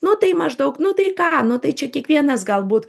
nu tai maždaug nu tai ką nu tai čia kiekvienas galbūt